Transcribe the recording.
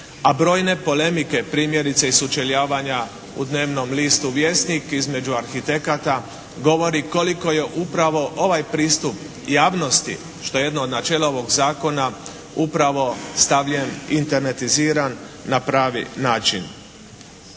a brojne polemike primjerice i sučeljavanja u dnevnom listu “Vjesnik“ između arhitekata govori koliko je upravo ovaj pristup javnosti što je jedno od načela ovog zakona upravo stavljen, internetiziran na pravi način.